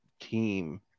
team